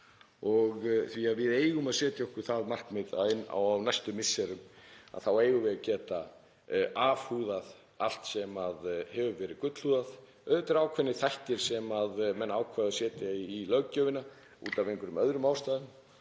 því að við eigum að setja okkur það markmið að á næstu misserum þá eigum við að geta afhúðað allt sem hefur verið gullhúðað. Auðvitað eru ákveðnir þættir sem menn ákváðu að setja í löggjöfina út af einhverjum öðrum ástæðum.